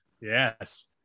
Yes